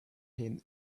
him